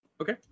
Okay